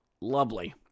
Lovely